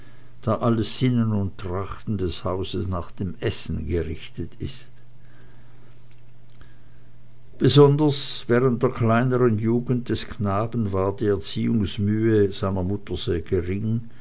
alles sinnen und trachten des hauses nach dem essen gerichtet ist besonders während der kleineren jugend des knaben war die erziehungsmühe seiner mutter sehr gering